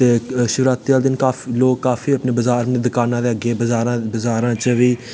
ते शिवरात्री आह्ले दिन लोग काफी अपने बज़ार दी दकानां दे अग्गें बज़ारां च बी